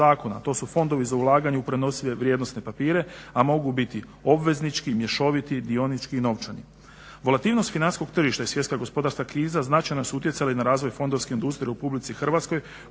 To su fondovi za ulaganje u prenosive vrijednosne papire a mogu biti obveznički, mješoviti, dionički i novčani. Volativnost financijskog tržišta i svjetska gospodarska kriza značajno su utjecali na razvoj fondovske industrije u Republici Hrvatskoj